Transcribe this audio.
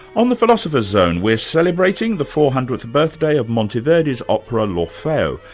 on the philosopher's zone we're celebrating the four hundredth birthday of monteverdi's opera l'orfeo,